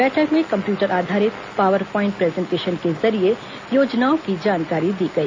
बैठक में कम्प्यूटर आधारित पावर पॉईन्ट प्रजेन्टेशन के जरिए योजनाओं की जानकारी दी गई